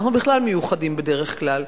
אנחנו בכלל מיוחדים, בדרך כלל.